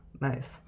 nice